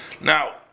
Now